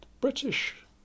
british